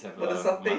but the satay